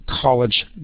college